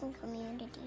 Community